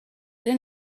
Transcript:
ere